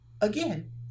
again